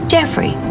Jeffrey